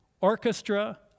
orchestra